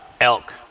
elk